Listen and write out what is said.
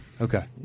Okay